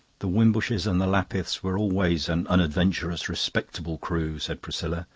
the wimbushes and the lapiths were always an unadventurous, respectable crew, said priscilla,